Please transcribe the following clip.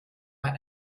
man